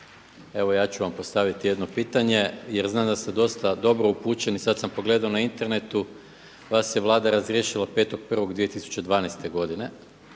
evo ja ću vam postaviti jedno pitanje jer znam da ste dosta dobro upućeni, sada sam pogledao na internetu, vas je Vlada razriješila 5.1.2012. godine